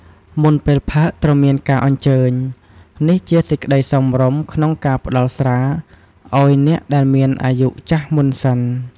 មុនពេលផឹក ត្រូវមានការអញ្ជើញ នេះជាសេចក្ដីសមរម្យក្នុងការផ្តល់ស្រាឲ្យអ្នកដែលមានអាយុចាស់មុនសិន។